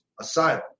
Asylum